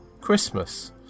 Christmas